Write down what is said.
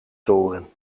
toren